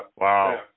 Wow